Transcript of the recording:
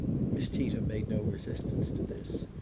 miss tita made no resistance to this.